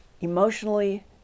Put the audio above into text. emotionally